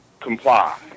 comply